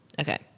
Okay